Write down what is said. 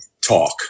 talk